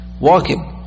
walking